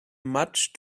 much